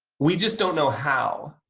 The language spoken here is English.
we just don't know how.